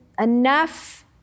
enough